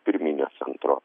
pirminės centro